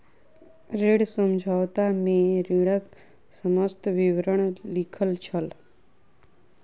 ऋण समझौता में ऋणक समस्त विवरण लिखल छल